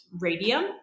radium